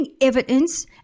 evidence